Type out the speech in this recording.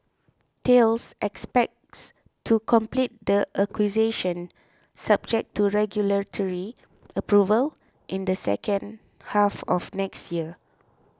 Thales expects to complete the acquisition subject to regulatory approval in the second half of next year